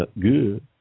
Good